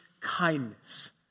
kindness